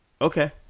Okay